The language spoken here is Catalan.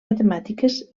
matemàtiques